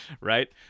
Right